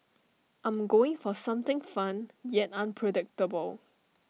I'm going for something fun yet unpredictable